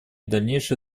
дальнейшее